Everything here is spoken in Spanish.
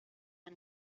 ana